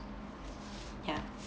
ya